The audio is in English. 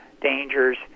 dangers